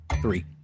three